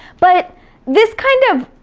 but this kind of